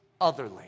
otherly